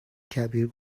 کبیر